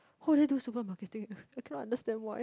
who is this do supermarketing I cannot understand why